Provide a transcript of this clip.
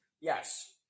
Yes